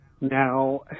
Now